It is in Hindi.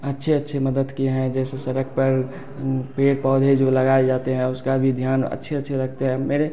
अच्छे अच्छे मदद किएँ हैं जैसे सड़क पर पेड़ पौधे जो लगाए जाते हैं उसका भी ध्यान अच्छे अच्छे रखते हैं मेरे